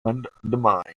undetermined